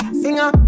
singer